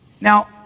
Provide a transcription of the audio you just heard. Now